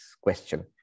question